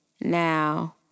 Now